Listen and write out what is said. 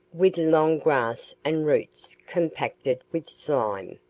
with long grass and roots compacted with slime.